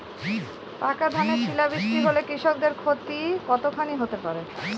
পাকা ধানে শিলা বৃষ্টি হলে কৃষকের ক্ষতি কতখানি হতে পারে?